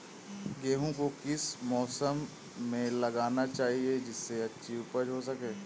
गेहूँ को किस मौसम में लगाना चाहिए जिससे अच्छी उपज हो सके?